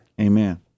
Amen